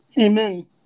Amen